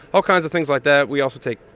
all kinds of things like that. we also take,